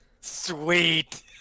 Sweet